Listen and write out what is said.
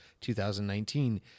2019